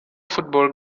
football